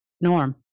norm